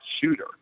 shooter